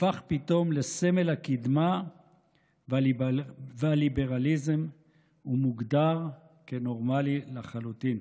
הפך פתאום לסמל הקדמה והליברליזם ומוגדר כנורמלי לחלוטין.